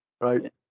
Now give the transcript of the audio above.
right